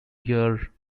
year